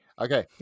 okay